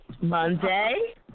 Monday